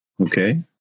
Okay